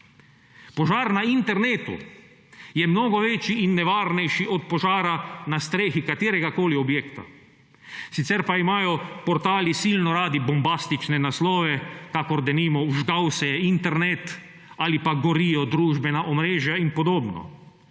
Požar na internetu je mnogo večji in nevarnejši od požara na strehi kateregakoli objekta. Sicer pa imajo portali silno radi bombastične naslove, kakor denimo, Vžgal se je internet ali pa Gorijo družbena omrežja in podobno.